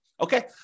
Okay